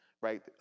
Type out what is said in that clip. right